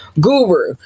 Guru